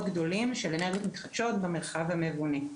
גדולים של אנרגיות מתחדשות במרחב המבונה.